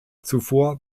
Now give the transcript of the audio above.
zuvor